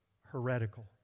heretical